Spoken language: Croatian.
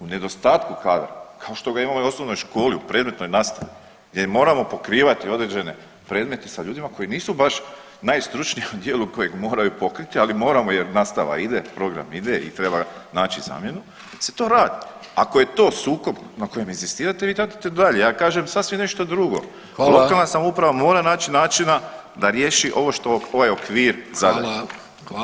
U nedostatku kadra kao što ga imamo i u osnovnoj školi u predmetnoj nastavi gdje moramo pokrivati određene predmete sa ljudima koji nisu baš najstručniji u dijelu kojeg moraju pokriti, ali moramo jer nastava ide, program ide i treba naći zamjenu se to radi, ako je to sukob na kojem inzistirate vi radite dalje, ja kažem sasvim nešto drugo [[Upadica: Hvala.]] lokalna samouprava mora naći načina da riješi ovo što ovaj okvir zadaje.